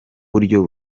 buryo